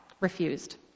refused